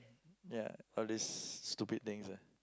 ya all this stupid things ah